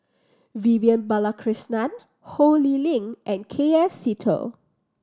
Vivian Balakrishnan Ho Lee Ling and K F Seetoh